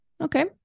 Okay